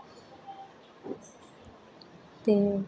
ते